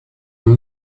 you